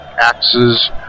axes